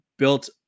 built